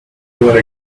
over